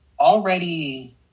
already